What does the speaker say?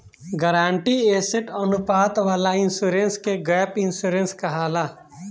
guaranteed asset अनुपात वाला insurance के गैप इंश्योरेंस कहाला